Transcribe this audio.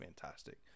fantastic